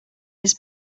this